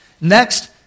Next